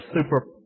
super